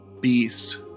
beast